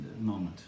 moment